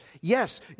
Yes